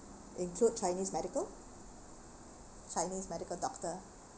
include chinese medical chinese medical doctor